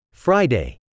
Friday